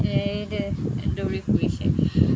তেই দৌৰি ফুৰিছে